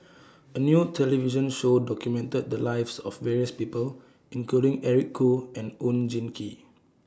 A New television Show documented The Lives of various People including Eric Khoo and Oon Jin Gee